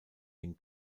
den